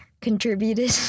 contributed